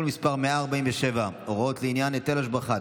מס' 147) (הוראות לעניין היטל השבחה,